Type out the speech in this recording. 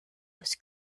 was